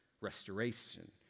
restoration